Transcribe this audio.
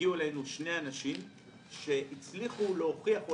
שני אנשים שהצליחו להוכיח,